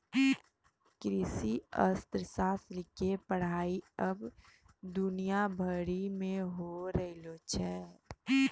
कृषि अर्थशास्त्र के पढ़ाई अबै दुनिया भरि मे होय रहलो छै